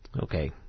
okay